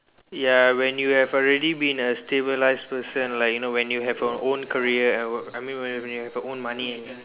ya when you have already been a stabilized person like you know when you have your own career and work I mean when you have your own money